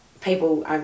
people